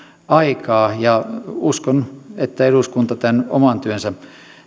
aikaa uskon että eduskunta tämän oman työnsä